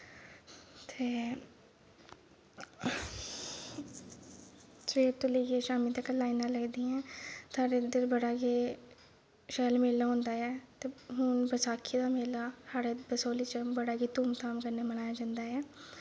ते सवेरे तो लेइयै शाम्मी तक लाइनां लगदियां साढ़े इद्धर बड़ा गै शैल मेला होंदा ऐ ते हून बसाखी दा मेला साढ़े बसोह्ली च बड़ा गै धूम धाम कन्नै मनाया जंदा ऐ